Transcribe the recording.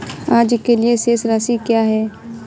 आज के लिए शेष राशि क्या है?